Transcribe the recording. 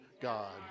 God